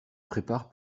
prépare